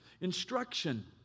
instruction